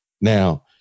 Now